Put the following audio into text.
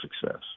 success